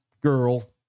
girl